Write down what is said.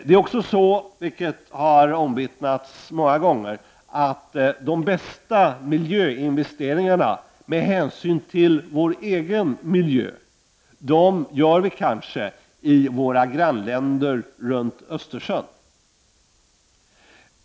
Det har också omvittnats många gånger att vi kanske gör de bästa miljöinvesteringarna med hänsyn till vår egen miljö i våra grannländer runt Östersjön.